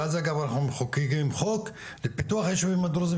בגלל זה גם אנחנו מחוקקים חוק לפיתוח הישובים הדרוזים